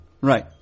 Right